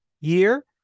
year